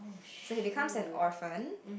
so he becomes an orphan